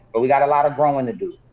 but we got a lot of growing to do,